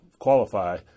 qualify